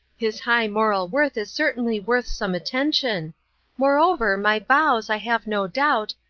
his high moral worth is certainly worth some attention moreover, my vows, i have no doubt,